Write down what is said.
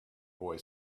boy